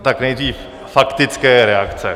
Tak nejdřív faktické reakce.